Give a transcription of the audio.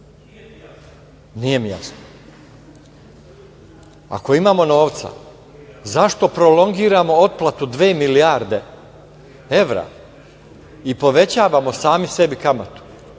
kredite? Ako imamo novca zašto prolongiramo otplatu dve milijarde evra i povećavamo sami sebi kamatu?